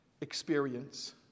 experience